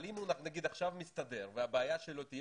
אבל אם הוא עכשיו מסתדר והבעיה שלו תהיה